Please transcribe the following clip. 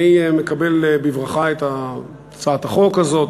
אני מקבל בברכה את הצעת החוק הזאת.